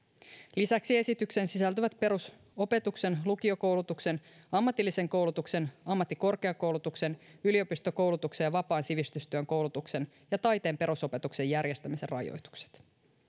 lisäksi esitykseen sisältyvät perusopetuksen lukiokoulutuksen ammatillisen koulutuksen ammattikorkeakoulutuksen yliopistokoulutuksen ja vapaan sivistystyön koulutuksen ja taiteen perusopetuksen järjestämisen rajoitukset